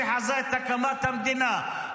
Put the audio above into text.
שחזה את הקמת המדינה,